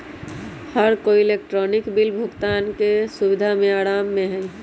हर कोई electronic bill भुगतान के सुविधा से आराम में हई